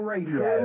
Radio